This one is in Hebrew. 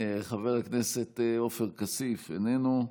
חבר הכנסת עופר כסיף, איננו,